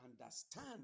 understand